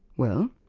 well,